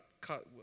cut